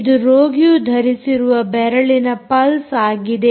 ಇದು ರೋಗಿಯು ಧರಿಸಿರುವ ಬೆರಳಿನ ಪಲ್ಸ್ ಆಗಿದೆ